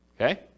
okay